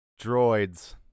Droids